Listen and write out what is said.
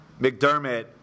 McDermott